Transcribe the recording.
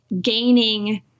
gaining